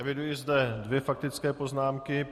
Eviduji zde dvě faktické poznámky.